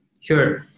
Sure